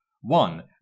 One